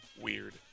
weird